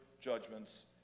judgments